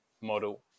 model